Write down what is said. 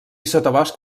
sotabosc